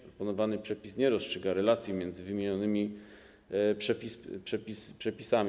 Proponowany przepis nie rozstrzyga relacji między wymienionymi przepisami.